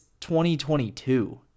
2022